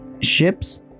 ships